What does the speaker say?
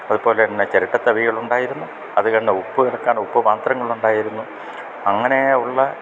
അതുപോലെ തന്നെ ചിരട്ട തവികളുണ്ടായിരുന്നു ഉപ്പു നിറയ്ക്കാൻ ഉപ്പു പാത്രങ്ങളുണ്ടായിരുന്നു അങ്ങനെ ഉള്ള